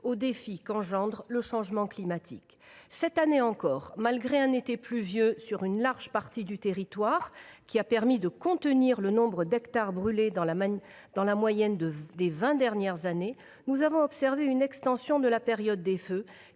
aux défis qu’engendre le changement climatique. Cette année encore, malgré un été pluvieux sur une large partie du territoire – cela a permis de contenir le nombre d’hectares brûlés dans la moyenne des vingt dernières années –, nous avons observé une extension de la période des feux,